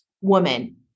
woman